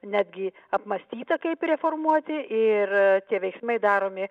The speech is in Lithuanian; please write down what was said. netgi apmąstyta kaip reformuoti ir tie veiksmai daromi